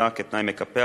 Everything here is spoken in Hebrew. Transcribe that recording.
5)